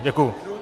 Děkuji.